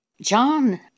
John